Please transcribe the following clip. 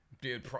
Dude